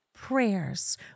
Prayers